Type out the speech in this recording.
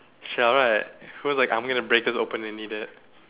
shell right I was like I'm going to break this open and eat it